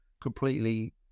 completely